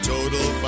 Total